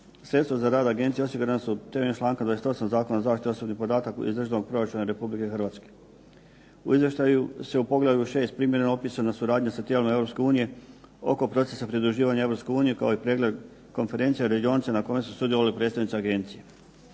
Sredstva za rad agencija osigurana su temeljem čl. 28. Zakona o zaštiti osobnih podataka iz Državnog proračuna RH. U izvještaju su u Poglavlju 6. primjereno opisana suradnja sa tijelima EU oko procesa pridruživanja EU kao i pregled konferencija, radionica na kojima su sudjelovali predstavnici agencije.